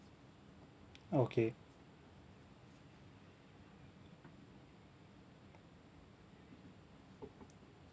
okay